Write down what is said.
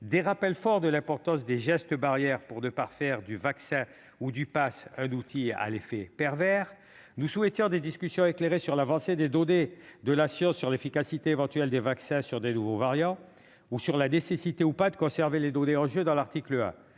des rappels forts de l'importance des gestes barrières, pour ne pas transformer le vaccin ou le passe sanitaire en un outil à effets pervers. Nous souhaitions des discussions éclairées sur l'avancée des données scientifiques quant à l'efficacité éventuelle des vaccins sur de nouveaux variants ou sur la nécessité de conserver ou non les données en jeu à l'article 1.